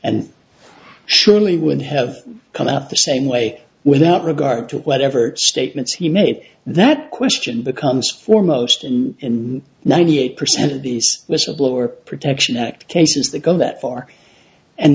and surely would have come out the same way without regard to whatever statements he made that question becomes foremost in ninety eight percent of the whistleblower protection act cases that go that far and